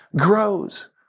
grows